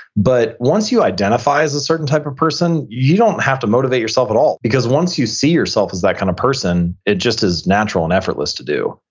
but once you identify as a certain type of person, you don't have to motivate yourself at all. because once you see yourself as that kind of person, it just is natural and effortless to do.